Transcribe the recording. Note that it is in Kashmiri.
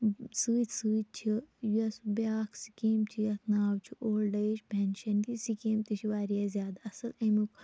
سۭتۍ سۭتۍ چھِ یۄس بیاکھ سکیٖم چھِ یتھ ناو چھُ اولڈ ایج پیٚنشَن یہِ سکیٖم تہِ چھِ واریاہ زیادٕ اَصل امیُک